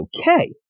okay